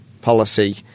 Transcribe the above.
policy